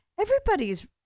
everybody's